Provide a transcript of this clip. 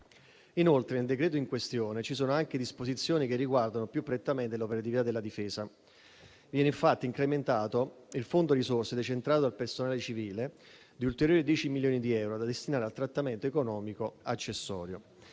Nel provvedimento in questione ci sono anche disposizioni che riguardano più prettamente l'operatività della Difesa. Viene infatti incrementato il fondo risorse decentrato dal personale civile di ulteriori 10 milioni di euro da destinare al trattamento economico accessorio.